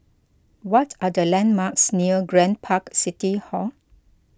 what are the landmarks near Grand Park City Hall